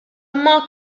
imma